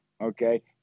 Okay